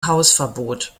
hausverbot